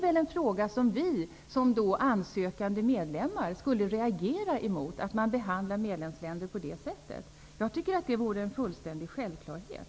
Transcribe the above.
Vi som ansökande om medlemskap skulle reagera mot att man behandlar medlemsländer på det sättet. Det borde vara en fullständig självklarhet.